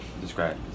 describe